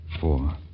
Four